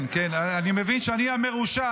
כן, אני מבין שאני מרושע.